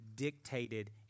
dictated